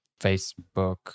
Facebook